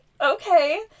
Okay